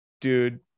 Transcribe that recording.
dude